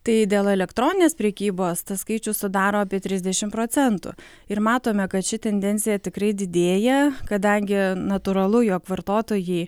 tai dėl elektroninės prekybos tas skaičius sudaro apie trisdešim procentų ir matome kad ši tendencija tikrai didėja kadangi natūralu jog vartotojai